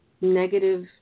negative